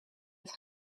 het